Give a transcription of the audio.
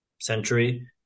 century